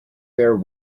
there